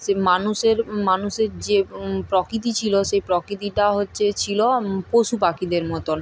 সে মানুষের মানুষের যে প্রকৃতি ছিল সেই প্রকৃতিটা হচ্ছে ছিল পশু পাখিদের মতন